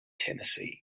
tennessee